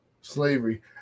slavery